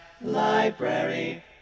Library